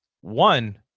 One